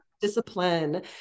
discipline